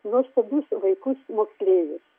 nuostabius vaikus moksleivius